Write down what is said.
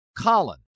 Colin